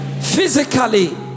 Physically